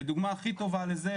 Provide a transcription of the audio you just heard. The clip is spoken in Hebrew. ודוגמה הכי טובה לזה,